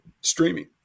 streaming